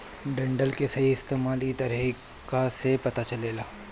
डंठल के सही इस्तेमाल इ तरीका से पता चलेला